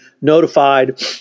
notified